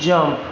jump